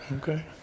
okay